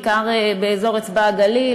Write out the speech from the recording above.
בעיקר באזור אצבע-הגליל,